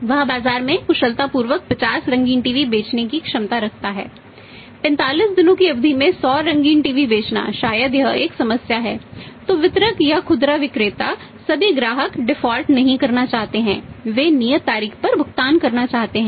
इस बैच नहीं करना चाहते हैं वे नियत तारीख पर भुगतान करना चाहते हैं